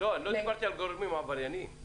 אינני מייצג אף אחד.